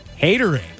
Hatering